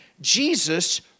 Jesus